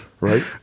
right